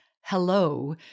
hello